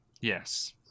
Yes